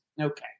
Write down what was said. Okay